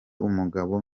umugabo